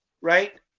right